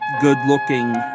good-looking